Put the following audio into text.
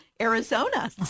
Arizona